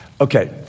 Okay